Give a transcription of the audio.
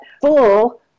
full